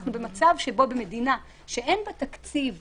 אנחנו במצב שבו אין תקציב במדינה,